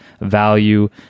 value